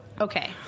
okay